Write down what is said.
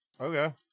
Okay